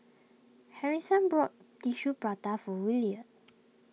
Harrison brought Tissue Prata for Williard